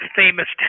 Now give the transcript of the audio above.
famous